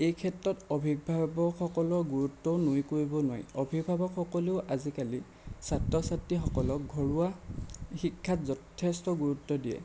এই ক্ষেত্ৰত অভিভাৱকসকলৰ গুৰুত্বও নুই কৰিব নোৱাৰি অভিভাৱকসকলেও আজিকালি ছাত্ৰ ছাত্ৰীসকলক ঘৰুৱা শিক্ষাত যথেষ্ট গুৰুত্ব দিয়ে